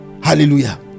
hallelujah